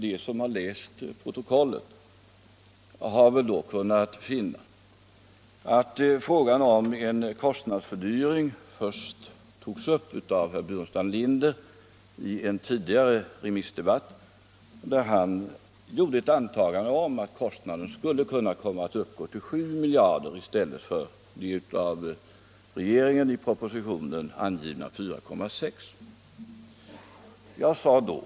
De som har läst protokollet från den debatten har väl funnit att frågan om kostnadsfördyringen först togs upp av herr Burenstam Linder i en tidigare remissdebatt, där han sade att kostnaderna skulle kunna komma att uppgå till 7 miljarder i stället för av regeringen i propositionen angivna 4,6 miljarder.